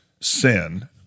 sin